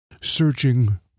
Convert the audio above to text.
searching